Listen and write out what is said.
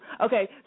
Okay